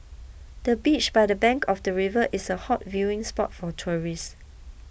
the beach by the bank of the river is a hot viewing spot for tourists